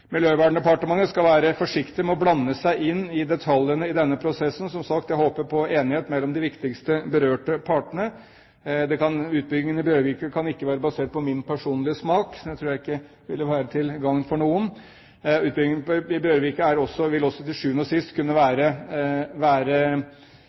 Miljøverndepartementet skal være forsiktig med å blande seg inn i detaljene i denne prosessen. Som sagt: Jeg håper på enighet mellom de viktigste berørte partene. Utbyggingen i Bjørvika kan ikke være basert på min personlige smak. Det tror jeg ikke ville være til gagn for noen. Utbyggingen i Bjørvika vil også til sjuende og sist kunne